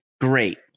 Great